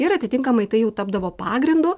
ir atitinkamai tai jau tapdavo pagrindu